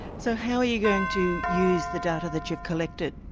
so how are you going to use the data that you've collected?